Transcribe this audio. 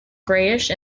greyish